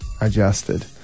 adjusted